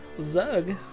Zug